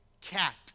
cat